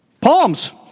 Palms